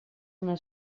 una